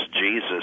Jesus